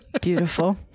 Beautiful